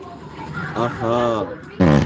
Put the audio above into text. آہا